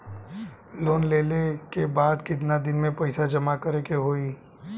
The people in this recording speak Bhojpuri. लोन लेले के बाद कितना दिन में पैसा जमा करे के होई?